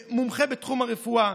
מומחה בתחום הרפואה,